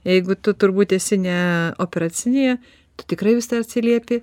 jeigu tu turbūt esi ne operacinėje tu tikrai visada atsiliepi